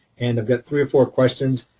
and i've got three or four questions.